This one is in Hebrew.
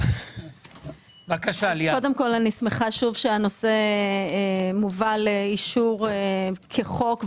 אני שמחה שהנושא מובא לאישור כחוק,